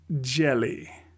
jelly